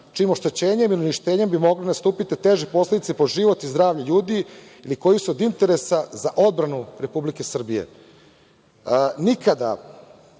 čijim oštećenjem i uništenjem bi mogle nastupiti teže posledice po život i zdravlje ljudi ili koji su od interesa za odbranu Republike Srbije. Nikada